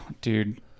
dude